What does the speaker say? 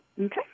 Okay